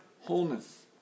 wholeness